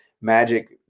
magic